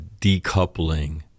decoupling